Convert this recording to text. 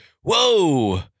whoa